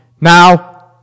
Now